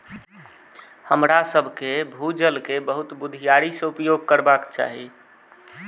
हमरासभ के भू जल के बहुत बुधियारी से उपयोग करबाक चाही